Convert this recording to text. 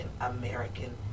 American